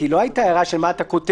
היא לא הייתה הערה של מה אתה כותב.